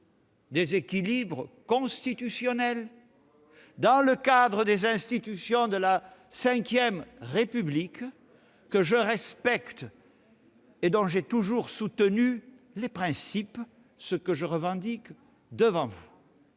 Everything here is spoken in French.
des équilibres constitutionnels et des institutions de la V République que je respecte et dont j'ai toujours soutenu les principes, ce que je revendique devant vous.